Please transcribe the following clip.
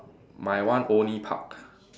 my one only park